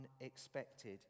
unexpected